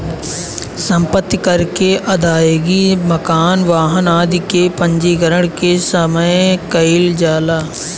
सम्पत्ति कर के अदायगी मकान, वाहन आदि के पंजीकरण के समय कईल जाला